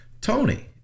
Tony